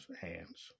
hands